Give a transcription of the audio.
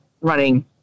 running